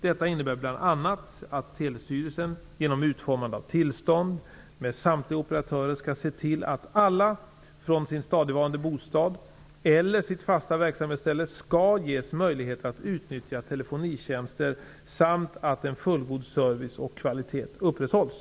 Detta innebär bl.a. att Telestyrelsen, genom utformande av tillstånd med samtliga operatörer, skall se till att alla från sin stadigvarande bostad eller sitt fasta verksamhetsställe skall ges möjlighet att utnyttja telefonitjänster samt att en fullgod service och kvalitet upprätthålls.